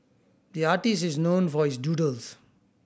the artist is known for his doodles